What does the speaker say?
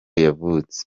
yavutse